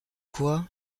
quoi